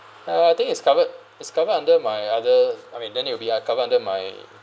uh I think it's covered is covered under my other I mean then it will be ut~ cover under my